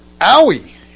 owie